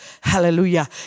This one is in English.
Hallelujah